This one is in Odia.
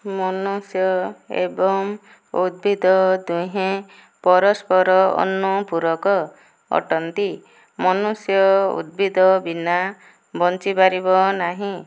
ମନୁଷ୍ୟ ଏବଂ ଉଦ୍ଭିଦ ଦୁହେଁ ପରସ୍ପର ଅନୁପୂରକ ଅଟନ୍ତି ମନୁଷ୍ୟ ଉଦ୍ଭିଦ ବିନା ବଞ୍ଚିପାରିବ ନାହିଁ